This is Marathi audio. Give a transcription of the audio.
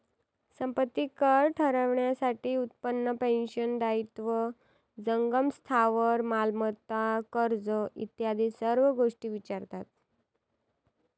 संपत्ती कर ठरवण्यासाठी उत्पन्न, पेन्शन, दायित्व, जंगम स्थावर मालमत्ता, कर्ज इत्यादी सर्व गोष्टी विचारतात